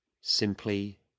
Simply